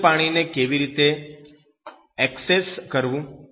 શુદ્ધ પાણીને કેવી રીતે ઍક્સેસ કરવું